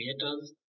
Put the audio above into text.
creators